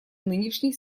нынешней